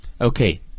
Okay